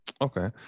okay